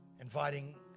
inviting